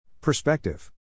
Perspective